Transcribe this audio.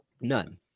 None